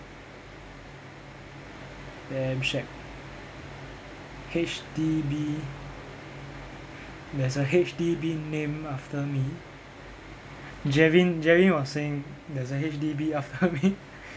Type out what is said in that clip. damn shag H_D_B there's a H_D_B named after me jervin jervin was saying there's a H_D_B after me